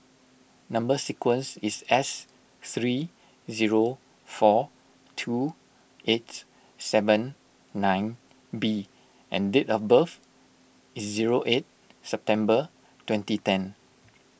Number Sequence is S three zero four two eight seven nine B and date of birth is zero eight September twenty ten